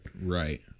Right